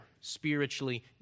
spiritually